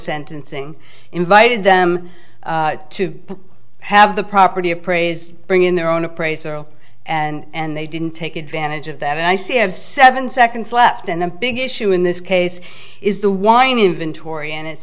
sentencing invited them to have the property appraised bring in their own appraisal and they didn't take advantage of that and i see you have seven seconds left and the big issue in this case is the wine inventory and it's